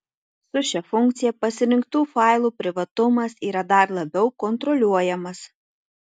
su šia funkcija pasirinktų failų privatumas yra dar labiau kontroliuojamas